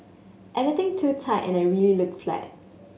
anything too tight and I look really flat